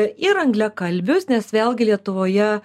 ir angliakalbius nes vėlgi lietuvoje